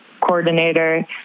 coordinator